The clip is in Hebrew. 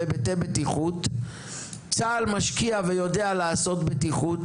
בהיבטי בטיחות; צה"ל משקיע ויודע לעשות בטיחות,